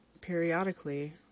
periodically